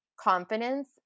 confidence